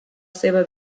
seva